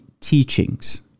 teachings